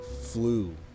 flew